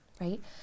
right